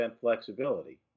flexibility